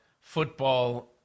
football